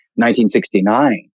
1969